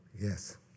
Yes